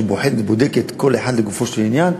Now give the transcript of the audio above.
שבודקת כל אחד לגופו של עניין,